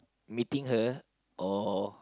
meeting her or